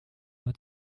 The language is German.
nur